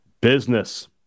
business